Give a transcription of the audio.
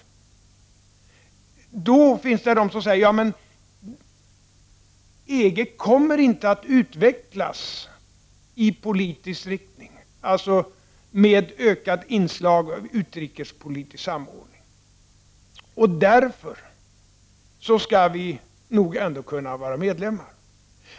Det finns de som säger: Ja, men EG kommer inte att utvecklas i politisk riktning, alltså med ett ökat inslag av utrikespolitisk samordning, och därför skall vi nog ändå kunna vara medlemmar.